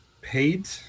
paid